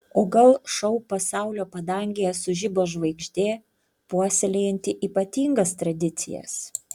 o gal šou pasaulio padangėje sužibo žvaigždė puoselėjanti ypatingas tradicijas